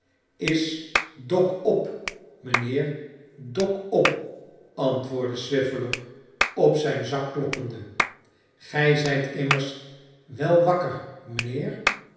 is dok op mijnheer dok op antwoordde swiveller op zijn zak kloppende ge zijt immers wel wakker mijnheer